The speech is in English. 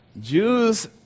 Jews